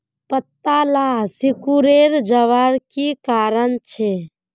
पत्ताला सिकुरे जवार की कारण छे?